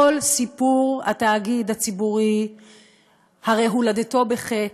הרי כל סיפור התאגיד הציבורי הולדתו בחטא,